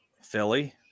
Philly